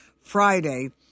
Friday